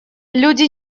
люди